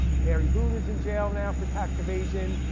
mary boone is in jail now for tax evasion.